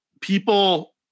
people